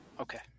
Okay